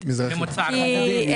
להגיד את זה.